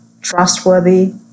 trustworthy